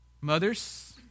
Mothers